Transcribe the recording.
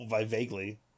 vaguely